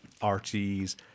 RTs